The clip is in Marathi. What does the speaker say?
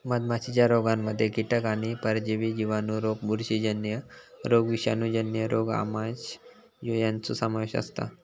मधमाशीच्या रोगांमध्ये कीटक आणि परजीवी जिवाणू रोग बुरशीजन्य रोग विषाणूजन्य रोग आमांश यांचो समावेश असता